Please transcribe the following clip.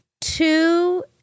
two